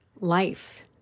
Life